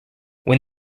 when